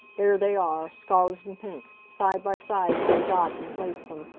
there they are, scarlet and pink, side by side as only god can place them.